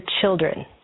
children